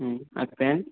হুম আর প্যান্ট